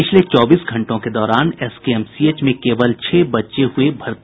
पिछले चौबीस घंटों के दौरान एसकेएमसीएच में केवल छह बच्चे हुये भर्ती